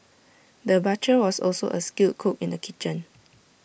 the butcher was also A skilled cook in the kitchen